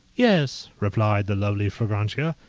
yes, replied the lovely fragrantia,